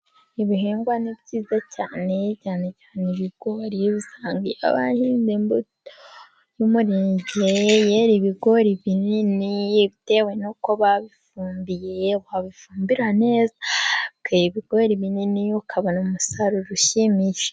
ibihingwa ni byiza cyane, cyane cyane ibigori, usanga iyo bahinze imbuto y'umurenge, yera ibigori binini, bitewe n'uko babifumbiye, wa bifumbira neza, bikera ibigori binini , ukabona umusaruro ushimishije.